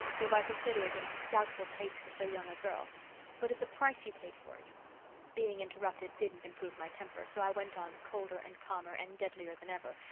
though i consider it in doubtful taste for so young a girl but of the price you paid for it being interrupted didn't improve my temper, so i went on, colder and calmer and deadlier than ever,